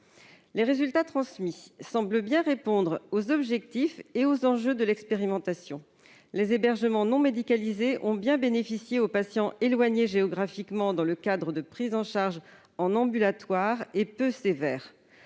Les résultats transmis semblent bien répondre aux objectifs et aux enjeux de l'expérimentation. Les hébergements non médicalisés ont bien bénéficié aux patients éloignés géographiquement, dans le cadre de prise en charge en ambulatoire, pour